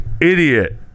idiot